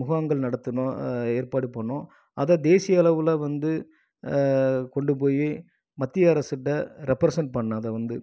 முகாம்கள் நடத்தணும் ஏற்பாடு பண்ணிணோம் அதை தேசிய அளவில் வந்து கொண்டு போய் மத்திய அரசுகிட்ட ரெப்ரசென்ட் பண்ணேன் அதை வந்து